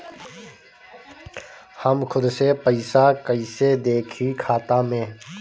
हम खुद से पइसा कईसे देखी खाता में?